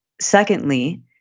secondly